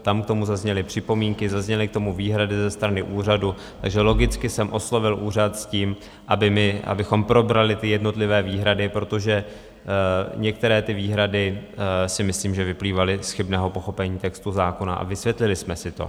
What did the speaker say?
Tam k tomu zazněly připomínky, zazněly k tomu výhrady ze strany úřadu, takže logicky jsem oslovil úřad s tím, abychom probrali ty jednotlivé výhrady, protože některé ty výhrady myslím vyplývaly z chybného pochopení textu zákona, a vysvětlili jsme si to.